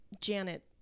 Janet